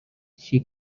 she